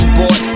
boy